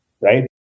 right